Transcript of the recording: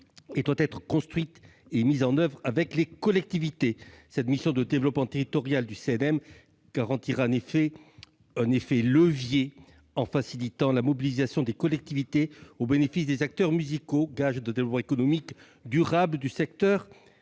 elle doit être construite et mise en oeuvre avec les collectivités territoriales. Cette mission de développement territorial du CNM permettra un effet de levier, en facilitant la mobilisation des collectivités au bénéfice des acteurs musicaux, gage d'un développement économique durable du secteur